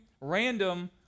random